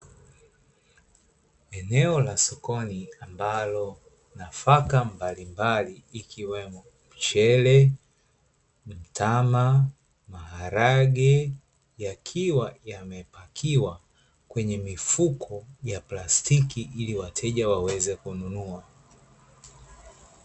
Eneo la sokoni ambalo nafaka mbalimbali ikiwemo mchele, mtama, maharage yakiwa yamepakiwa, kwenye mifuko ya plastiki ili wateja waweze kununua.